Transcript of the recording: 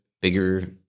bigger